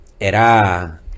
era